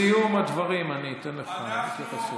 בסיום הדברים אני אתן לך התייחסות.